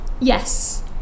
Yes